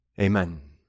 Amen